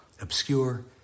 obscure